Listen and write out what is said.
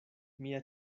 mia